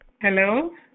Hello